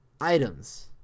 Items